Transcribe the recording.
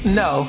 no